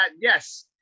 yes